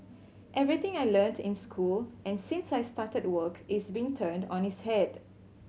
everything I learnt in school and since I started work is being turned on its head